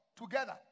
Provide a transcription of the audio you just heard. together